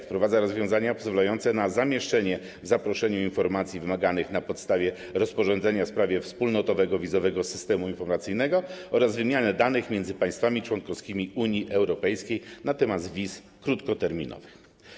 Wprowadza ona rozwiązania pozwalające na zamieszczenie w zaproszeniu informacji wymaganych na podstawie rozporządzenia w sprawie wspólnotowego wizowego systemu informacyjnego oraz na wymianę danych między państwami członkowskimi Unii Europejskiej na temat wiz krótkoterminowych.